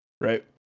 Right